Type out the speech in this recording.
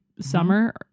summer